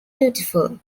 beautiful